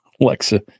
Alexa